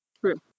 True